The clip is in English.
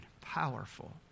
Powerful